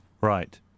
Right